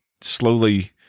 slowly –